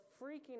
freaking